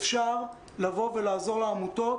אפשר לעזור לעמותות,